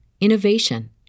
innovation